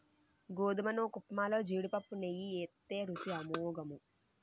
గోధుమ నూకఉప్మాలో జీడిపప్పు నెయ్యి ఏత్తే రుసి అమోఘము